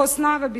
חוסנה וביטחונה,